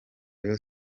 rayon